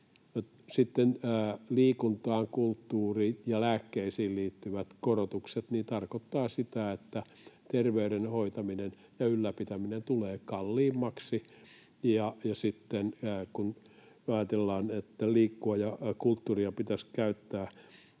liikuntaan, kulttuuriin ja lääkkeisiin liittyvät korotukset tarkoittavat sitä, että terveyden hoitaminen ja ylläpitäminen tulee kalliimmaksi. Ja sitten kun ajatellaan, että liikkua pitäisi ja kulttuuria pitäisi käyttää